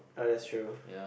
ah that's true